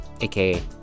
aka